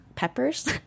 Peppers